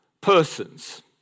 persons